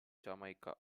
jamaica